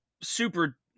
super